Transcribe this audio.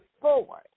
forward